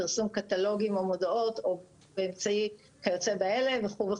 פרסום קטלוגים או מודעות או באמצעים כיוצא באלה וכו'.